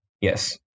Yes